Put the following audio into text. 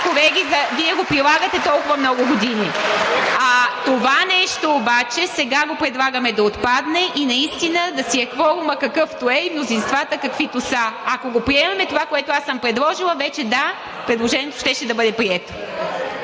колеги, Вие го прилагате толкова много години. Това нещо обаче сега предлагаме да отпадне и наистина кворумът да е, какъвто е, и мнозинствата, каквито са. Ако приемем това, което аз съм предложила, вече, да, предложението щеше да бъде прието.